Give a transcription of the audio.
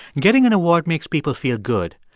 getting an award makes people feel good,